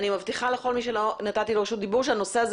אני מבטיחה לכל מי שלא נתתי לו רשות דיבור שהנושא הזה